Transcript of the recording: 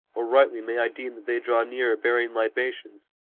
or rightly may i deem that they draw near bearing libations,